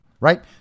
right